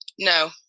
No